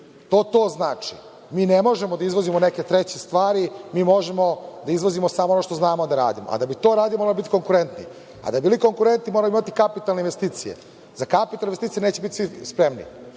To to znači. Mi ne možemo da izvozimo neke treće stvari. Mi možemo da izvozimo samo ono što znamo da radimo, a da bi to radili moramo biti konkurentni, a da bi bili konkurentni moramo imati kapitalne investicije. Za kapitalne investicije neće biti svi spremni